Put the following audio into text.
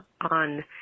on